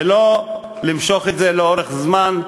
ולא למשוך את זה לאורך זמן,